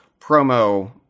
promo